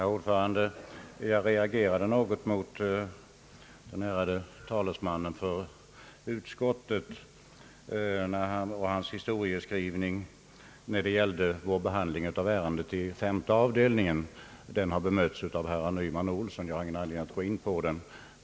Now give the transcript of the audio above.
Herr talman! Jag reagerade något mot den historieskrivning som den ärade talesmannen för utskottet gjorde när det gällde behandlingen av ärendet i femte avdelningen. Detta har bemötts av herr Nyman och herr Johan Olsson, och jag har därför inte någon anledning att gå in på detta.